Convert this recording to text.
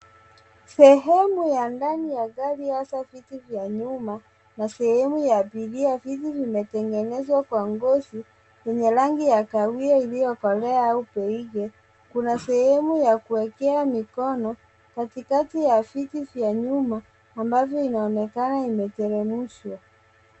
Sehemu ya ndani ya gari hasa viti vya nyuma na sehemu ya abiria. Viti vimetengenezwa kwa ngozi yenye rangi ya kahawia iliyokolea au beige .Kuna sehemu ya kuekea mikono katikati ya viti vya nyuma ambavyo inaonekana imetenganishwa.